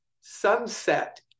sunset